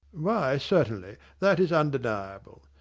why, certainly that is undeniable.